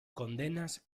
condenas